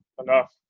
enough